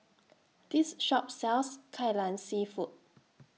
This Shop sells Kai Lan Seafood